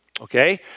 okay